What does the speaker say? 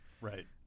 Right